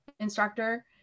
instructor